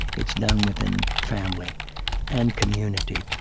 it's done within family and community.